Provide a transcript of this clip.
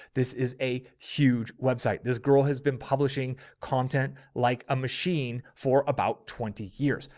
this is a huge website. this girl has been publishing content like a machine for about twenty years.